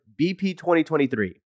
BP2023